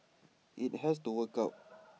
IT has to work out